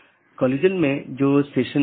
इसलिए उनके बीच सही तालमेल होना चाहिए